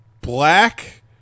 black